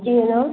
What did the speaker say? मुझे ना